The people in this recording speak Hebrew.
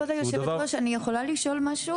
כבוד היושבת-ראש, אני יכולה לשאול משהו?